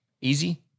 easy